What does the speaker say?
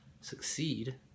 succeed